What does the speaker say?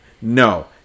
no